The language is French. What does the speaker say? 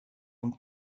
ont